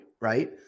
right